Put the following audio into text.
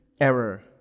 error